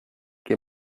que